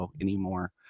anymore